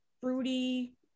fruity